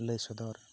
ᱞᱟᱹᱭ ᱥᱚᱫᱚᱨ